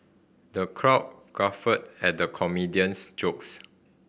the crowd guffawed at the comedian's jokes